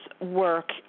work